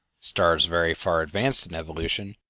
stars very far advanced in evolution,